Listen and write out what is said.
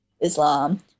Islam